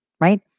right